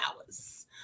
hours